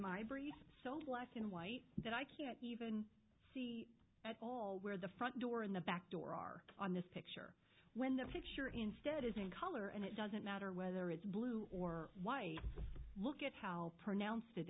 briefs so black and white that i can't even see at all where the front door and the back door are on this picture when that picture instead is in color and it doesn't matter whether it's blue or white look at how pronounced it